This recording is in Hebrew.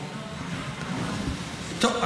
תודה.